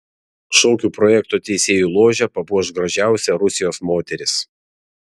šokių projekto teisėjų ložę papuoš gražiausia rusijos moteris